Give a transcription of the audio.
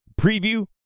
preview